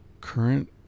current